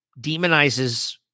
demonizes